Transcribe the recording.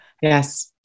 Yes